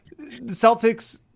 Celtics